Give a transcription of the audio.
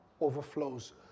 overflows